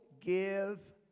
give